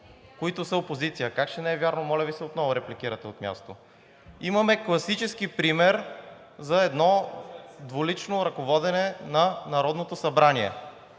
АНГЕЛ ГЕОРГИЕВ: Как ще не е вярно, моля Ви се! Отново репликирате от място. Имаме класически пример за едно двулично ръководене на Народното събрание